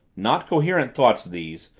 not coherent thoughts these,